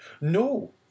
No